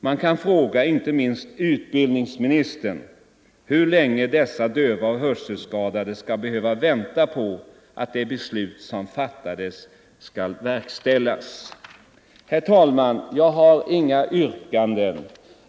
Man kan fråga inte minst utbildningsministern hur länge de döva och hörselskadade skall behöva vänta på att det beslut som fattades blir verkställt. Nr 125 Herr talman! Jag har inget yrkande.